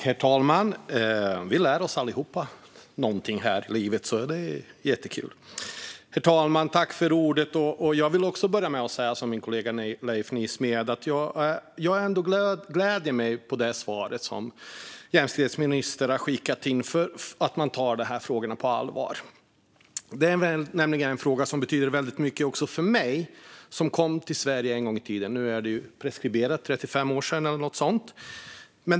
Herr talman! Vi lär oss alla någonting här i livet, vilket är jättekul. Jag vill också börja med att säga, som min kollega Leif Nysmed, att jag ändå gläder mig över svaret från jämställdhetsministern som visar att man tar dessa frågor på allvar. Detta är en fråga som betyder väldigt mycket för mig som kom till Sverige en gång i tiden - för cirka 35 år sedan, så det är preskriberat.